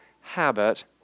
habit